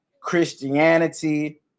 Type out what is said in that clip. christianity